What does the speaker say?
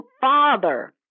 father